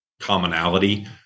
commonality